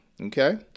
Okay